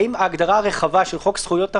האם ההגדרה הרחבה של חוק זכויות החולה,